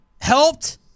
helped